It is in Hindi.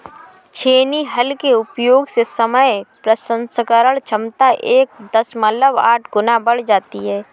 छेनी हल के उपयोग से समय प्रसंस्करण क्षमता एक दशमलव आठ गुना बढ़ जाती है